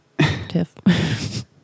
tiff